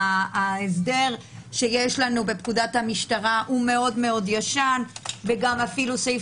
ההסדר שיש לנו בפקודת המשטרה הוא מאוד מאוד ישן וגם סעיף